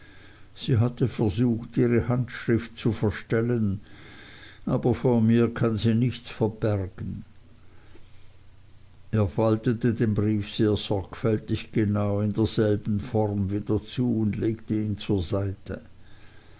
sie hatte versucht ihre handschrift zu verstellen aber vor mir kann sie nichts verbergen er faltete den brief sehr sorgfältig genau in derselben form wieder zu und legte ihn zur seite